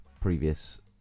previous